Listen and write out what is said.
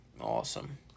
awesome